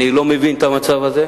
אני לא מבין את המצב הזה.